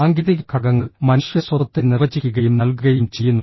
സാങ്കേതിക ഘടകങ്ങൾ മനുഷ്യ സ്വത്വത്തെ നിർവചിക്കുകയും നൽകുകയും ചെയ്യുന്നു